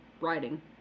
writing